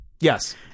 Yes